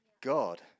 God